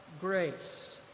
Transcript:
grace